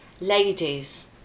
ladies